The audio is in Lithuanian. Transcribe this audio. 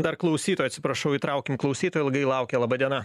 dar klausytoją atsiprašau įtraukim klausytoją ilgai laukia laba diena